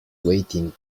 waiting